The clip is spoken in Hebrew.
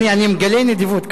אני מגלה נדיבות.